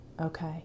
Okay